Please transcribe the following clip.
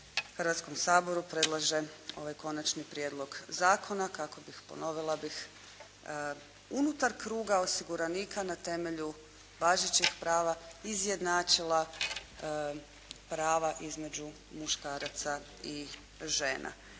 Hrvatskom saboru predlaže ovaj Konačni prijedlog zakona kako bih ponovila bih unutar kruga osiguranika na temelju važećeg prava izjednačila prava između muškaraca i žena.